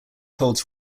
holds